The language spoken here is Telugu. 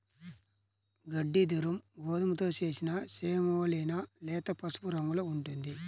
గట్టి దురుమ్ గోధుమతో చేసిన సెమోలినా లేత పసుపు రంగులో ఉంటుంది